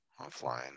offline